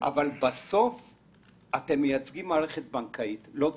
בסוף אתם מייצגים מערכת בנקאית, לא ציבור.